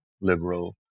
liberal